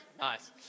nice